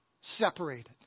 separated